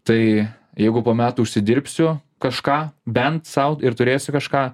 tai jeigu po metų užsidirbsiu kažką bent sau ir turėsiu kažką